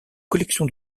collections